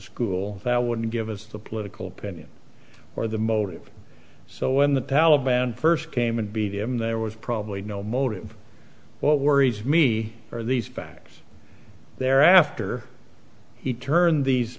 school that would give us the political opinion or the motive so when the taliban first came and beat him there was probably no motive what worries me are these facts there after he turned these